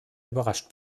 überrascht